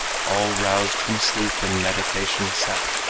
all roused from sleep in meditation sat.